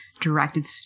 directed